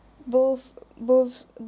both both